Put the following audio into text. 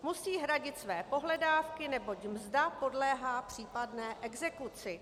Musí hradit své pohledávky, neboť mzda podléhá případné exekuci.